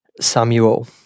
Samuel